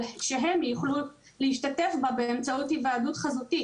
אבל שהם יוכלו להשתתף בה באמצעות היוועדות חזותית.